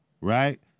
right